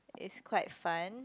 is quite fun